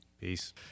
Peace